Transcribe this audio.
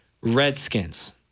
Redskins